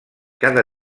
cada